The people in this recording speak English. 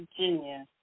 Virginia